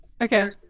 Okay